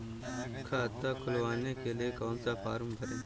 खाता खुलवाने के लिए कौन सा फॉर्म भरें?